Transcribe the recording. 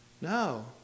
No